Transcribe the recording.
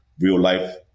real-life